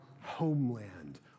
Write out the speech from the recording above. homeland